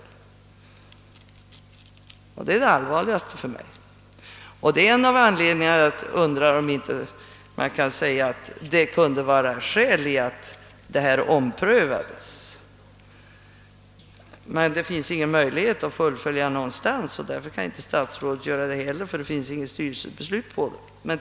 Detta är det för mig allvarligaste. Det är också en av anledningarna till att jag undrar, om det inte kunde vara skäl i att ompröva frågan. Det finns emellertid ingen möjlighet att fullfölja en sådan procedur och därför kan inte heller herr statsrådet göra det med hänsyn till att det inte finns något styrelsebeslut på denna punkt.